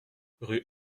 rue